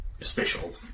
special